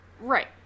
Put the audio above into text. Right